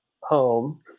home